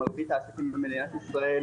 מרבית העסקים במדינת ישראל,